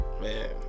Man